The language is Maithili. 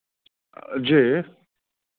जी